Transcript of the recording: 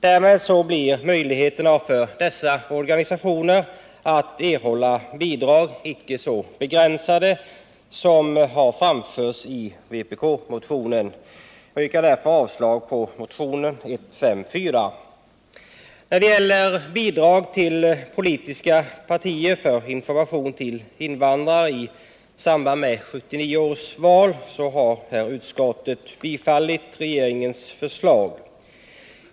Därmed blir möjligheterna för dessa organisationer att erhålla bidrag icke så begränsade som det har framhållits i vpkmotionen. Jag yrkar därför avslag på motionen 154. När det gäller bidrag till politiska partier för information till invandrare i samband med 1979 års val har utskottet tillstyrkt bifall till regeringens förslag.